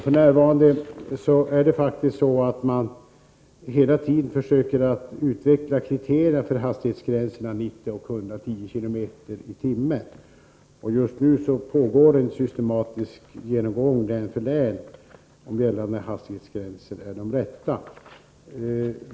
F.n. är det faktisk så, att man hela tiden försöker utveckla kriterierna för hastighetsgränserna 90 och 110 km/tim. Just nu pågår en systematisk genomgång län för län om gällande hastighetsgränser är de rätta.